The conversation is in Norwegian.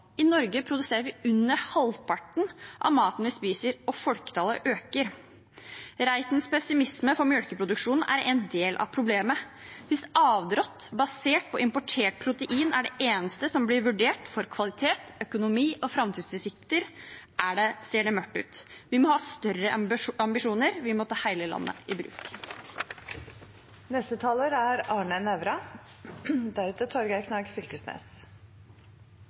I Norge produserer vi under halvparten av maten vi spiser, og folketallet øker. Representanten Reitens pessimisme når det gjelder mjølkeproduksjonen, er en del av problemet. Hvis avdrått basert på importert protein er det eneste som blir vurdert for kvalitet, økonomi og framtidsutsikter, ser det mørkt ut. Vi må ha større ambisjoner. Vi må ta hele landet i bruk. Kanskje er